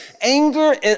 anger